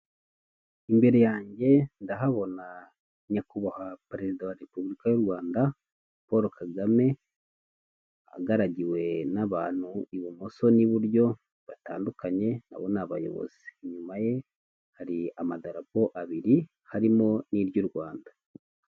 Imbere yange ndahabona nyakubahwa perezida wa Repubulika y'u Rwanda Paul Kagame, agaragiwe n'abantu ibumoso n'iburyo batandukanye, na bo ni abayobozi, inyuma ye hari amadarapo abiri harimo n'iry'u Rwanda.